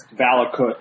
Valakut